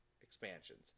expansions